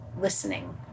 listening